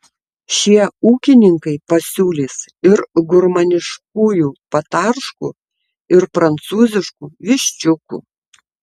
šie ūkininkai pasiūlys ir gurmaniškųjų patarškų ir prancūziškų viščiukų